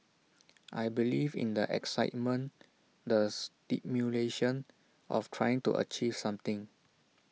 I believe in the excitement the stimulation of trying to achieve something